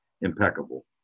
impeccable